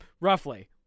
roughly